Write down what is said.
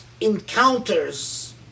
encounters